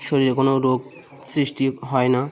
শরীরে কোনো রোগ সৃষ্টি হয় না